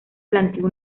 planteó